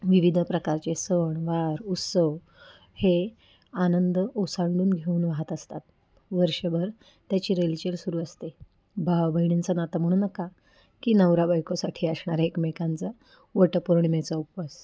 विविध प्रकारचे सणवार उत्सव हे आनंद ओसंडून घेऊन वाहत असतात वर्षभर त्याची रेलचेल सुरू असते भावाबहिणींचं नातं म्हणू नका की नवराबायकोसाठी असणाऱ्या एकमेकांचा वटपौर्णिमेचा उपवास